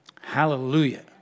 Hallelujah